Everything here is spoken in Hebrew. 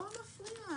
לא מפריע.